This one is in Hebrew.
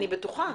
אני בטוחה.